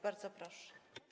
Bardzo proszę.